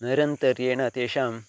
नैरन्तर्येण तेषां